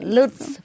Lutz